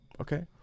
Okay